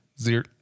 Zero